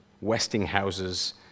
Westinghouse's